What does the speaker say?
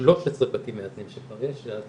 ב-13 בתים מאזנים, אנחנו